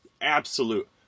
absolute